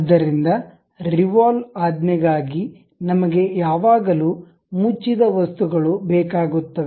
ಆದ್ದರಿಂದ ರಿವಾಲ್ವ್ ಆಜ್ಞೆಗಾಗಿ ನಮಗೆ ಯಾವಾಗಲೂ ಮುಚ್ಚಿದ ವಸ್ತುಗಳು ಬೇಕಾಗುತ್ತವೆ